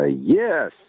Yes